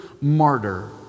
martyr